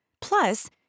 Plus